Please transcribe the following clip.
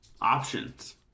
options